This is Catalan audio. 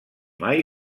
mai